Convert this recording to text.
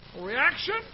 Reaction